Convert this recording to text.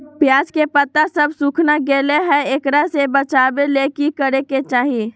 प्याज के पत्ता सब सुखना गेलै हैं, एकरा से बचाबे ले की करेके चाही?